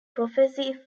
prophecy